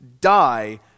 die